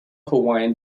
hawaiian